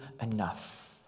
enough